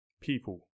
people